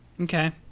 Okay